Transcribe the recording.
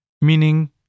Meaning